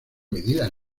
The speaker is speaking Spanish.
medida